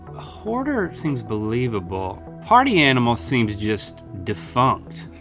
hoarder seems believable. party animal seems just defunct,